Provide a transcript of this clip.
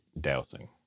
dousing